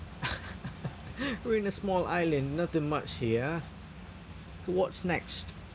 we're in a small island nothing much here so what's next